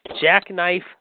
Jackknife